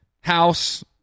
House